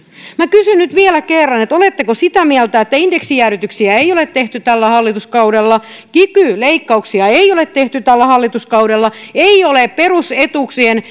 minä kysyn nyt vielä kerran oletteko sitä mieltä että indeksijäädytyksiä ei ole tehty tällä hallituskaudella kiky leikkauksia ei ole tehty tällä hallituskaudella ei ole perusetuuksien